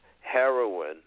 heroin